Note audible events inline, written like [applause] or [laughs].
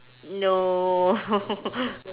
no [laughs]